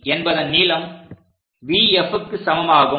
VG என்பதன் நீளம் VFக்கு சமமாகும்